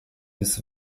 bis